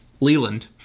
Leland